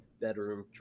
bedroom